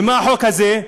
ומה החוק הזה?